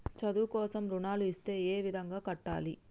చదువు కోసం రుణాలు ఇస్తే ఏ విధంగా కట్టాలి?